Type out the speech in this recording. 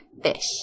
fish